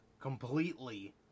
completely